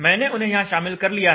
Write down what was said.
मैंने उन्हें यहां शामिल कर लिया है